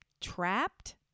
trapped